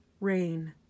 rain